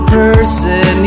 person